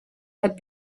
had